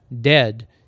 dead